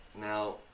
Now